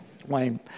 Wayne